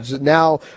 now